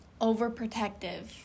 overprotective